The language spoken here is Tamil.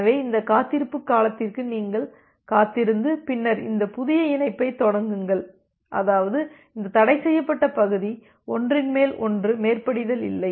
எனவே இந்த காத்திருப்பு காலத்திற்கு நீங்கள் காத்திருந்து பின்னர் இந்த புதிய இணைப்பைத் தொடங்குங்கள் அதாவது இந்த தடைசெய்யப்பட்ட பகுதி ஒன்றின் மேல் ஒன்று மேற்படிதல் இல்லை